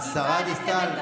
השרה דיסטל,